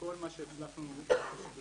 יש לנו פחות או יותר